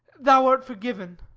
thou art forgiven.